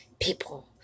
people